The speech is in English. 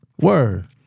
Word